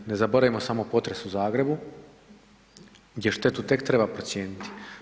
Ne zaboravimo samo potres u Zagrebu gdje štetu tek treba procijeniti.